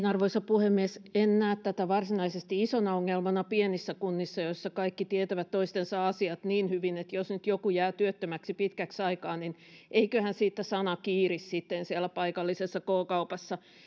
arvoisa puhemies en näe tätä varsinaisesti isona ongelmana pienissä kunnissa joissa kaikki tietävät toistensa asiat niin hyvin että jos nyt joku jää työttömäksi pitkäksi aikaa niin eiköhän siitä sana kiiri sitten siellä paikallisessa k kaupassa